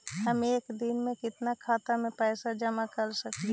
हम एक दिन में कितना खाता में पैसा भेज सक हिय?